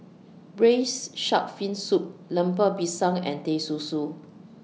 Braised Shark Fin Soup Lemper Pisang and Teh Susu